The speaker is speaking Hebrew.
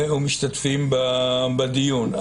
ומשתתפים בדיון.